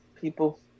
people